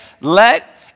let